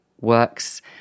works